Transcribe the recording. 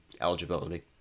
eligibility